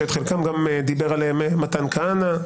שחלקן גם דיבר עליהן מתן כהנא,